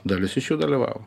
dalis iš jų dalyvavo